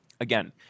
Again